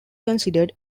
considered